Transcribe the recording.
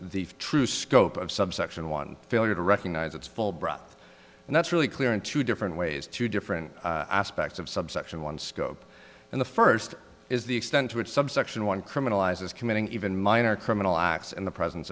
the true scope of subsection one failure to recognize its full breath and that's really clear in two different ways two different aspects of subsection one scope and the first is the extent to which subsection one criminalize is committing even minor criminal acts in the presence